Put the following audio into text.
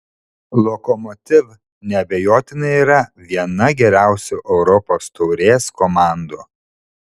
lokomotiv neabejotinai yra viena geriausių europos taurės komandų